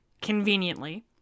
Conveniently